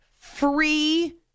free